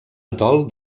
atol